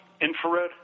infrared